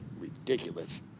ridiculous